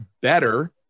better